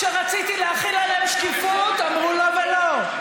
כשרציתי להחיל עליהם שקיפות, אמרו: לא ולא.